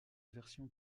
version